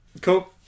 Cool